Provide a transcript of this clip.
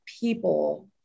people